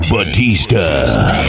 Batista